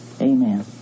Amen